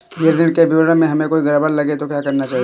यदि ऋण के विवरण में हमें कोई गड़बड़ लगे तो क्या करना चाहिए?